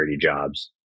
jobs